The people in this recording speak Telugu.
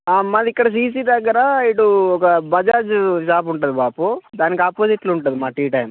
మాది ఇక్కడ సిసి దగ్గర ఇటు ఒక బజాజు షాప్ ఉంటుంది బాపు దానికి ఆపోజిట్లో ఉంటుంది మా టీ టైమ్